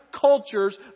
cultures